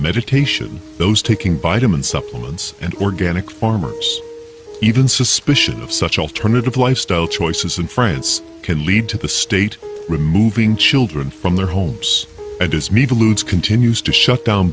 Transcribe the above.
meditation those taking vitamin supplements and organic farmers even suspicion of such alternative lifestyle choices in france can lead to the state removing children from their homes and as meat alludes continues to shut down